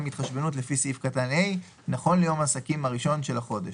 התחשבנות לפי סעיף קטן (ה) נכון ליום העסקים הראשון של החודש,